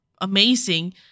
amazing